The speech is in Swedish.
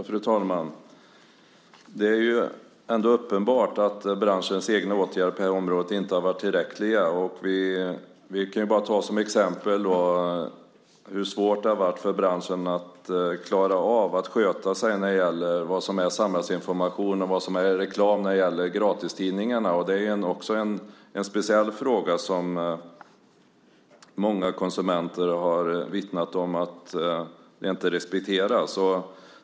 Fru talman! Det är ändå uppenbart att branschens egna åtgärder på det här området inte har varit tillräckliga. Vi kan ta som exempel hur svårt det har varit för branschen att klara av att sköta sig när det gäller vad som är samhällsinformation och vad som är reklam i gratistidningarna. Det är en speciell fråga där många konsumenter har vittnat om att de inte respekteras.